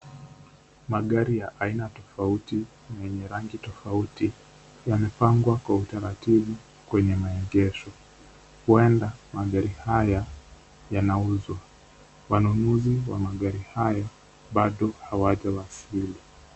Magari ya aina tofauti yenye rangi tofauti yamepangwa kwa utaratibu kwenye maegesho. Huenda magari haya yanauzwa. Wanunuzi wa magari hayo bado hawajawasili.